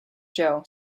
show